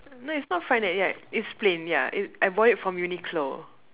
no it's not fright night ya it's plain yeah it I bought it from Uniqlo